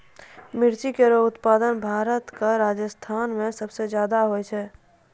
मिर्ची केरो उत्पादन भारत क राजस्थान म सबसे जादा होय छै